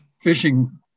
fishing